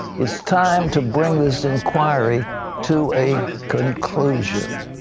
it's time to bring this inquiry to a conclusion.